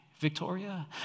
Victoria